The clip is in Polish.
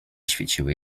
świeciły